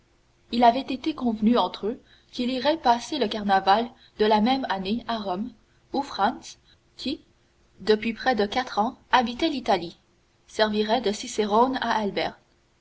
il avait été convenu entre eux qu'ils iraient passer le carnaval de la même année à rome où franz qui depuis près de quatre ans habitait l'italie servirait de cicerone à